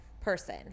person